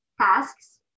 tasks